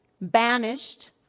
banished